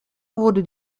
wurde